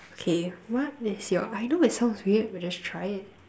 okay what your I know it sounds weird but just try it